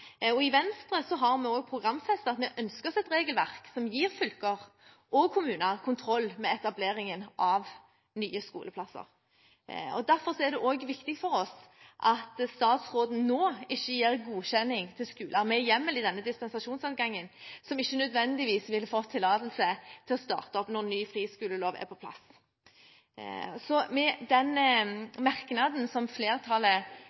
fram. I Venstre har vi også programfestet at vi ønsker oss et regelverk som gir fylker og kommuner kontroll med etableringen av nye skoleplasser. Derfor er det også viktig for oss at statsråden nå ikke gir godkjenning til skoler – med hjemmel i denne dispensasjonsadgangen – som ikke nødvendigvis ville fått tillatelse til å starte opp når ny friskolelov er på plass. Så i de merknadene som flertallet